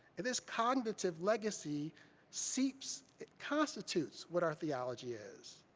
and this cognitive legacy seeps, it constitutes what our theology is.